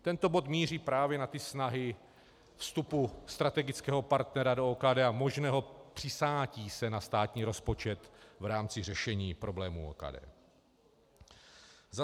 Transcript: Tento bod míří právě na ty snahy vstupu strategického partnera do OKD a možného přisátí se na státní rozpočet v rámci řešení problémů OKD.